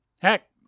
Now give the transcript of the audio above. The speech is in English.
Heck